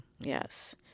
Yes